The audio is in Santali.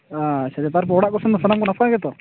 ᱚᱻ ᱟᱪᱪᱷᱟ ᱛᱟᱨᱯᱚᱨ ᱚᱲᱟᱜ ᱠᱚᱥᱮᱱ ᱫᱚ ᱥᱟᱱᱟᱢ ᱜᱮ ᱱᱟᱯᱟᱭ ᱜᱮᱛᱚ